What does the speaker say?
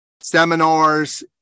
seminars